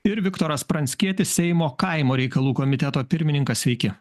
ir viktoras pranckietis seimo kaimo reikalų komiteto pirmininkas sveiki